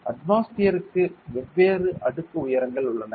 அட்மாஸ்பியர்த்திற்கு வெவ்வேறு அடுக்கு உயரங்கள் உள்ளன